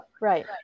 Right